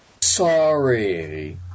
Sorry